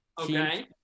Okay